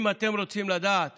אם אתם רוצים לדעת